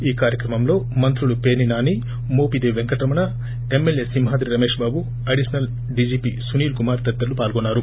ఈ కార్యక్రమంలో మంత్రులు Perni Nani Mopidevi Venkataramana MLA Simhadri Ramesh Babu additional DGP Sunil Kumar తదితరులు పాల్గొన్నారు